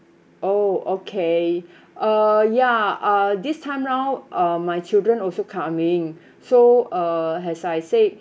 oh okay uh ya uh this time round uh my children also coming so uh as I said